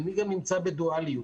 אני גם נמצא בדואליות.